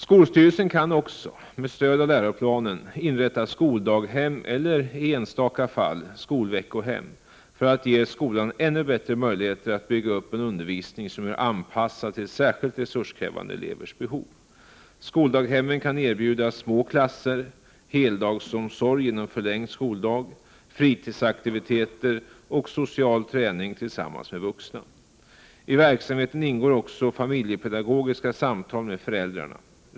Skolstyrelsen kan också, med stöd av läroplanen, inrätta skoldaghem eller, i enstaka fall, skolveckohem, för att ge skolan ännu bättre möjligheter att bygga upp en undervisning som är anpassad till särskilt resurskrävande elevers behov. Skoldaghemmen kan erbjuda små klasser, heldagsomsorg genom förlängd skoldag, fritidsaktiviteter och social träning tillsammans med vuxna. I verksamheten ingår också familjepedagogiska samtal med föräldrarna.